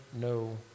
no